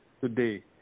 today